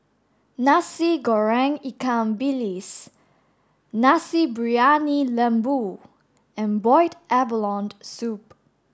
Nasi Goreng Ikan Bilis Nasi Briyani Lembu and boiled abalone soup